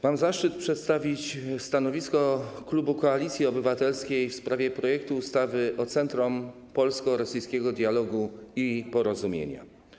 Mam zaszczyt przedstawić stanowisko klubu Koalicji Obywatelskiej w sprawie projektu ustawy o zmianie ustawy o Centrum Polsko-Rosyjskiego Dialogu i Porozumienia.